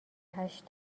هشت